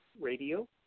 Radio